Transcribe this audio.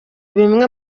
bimwe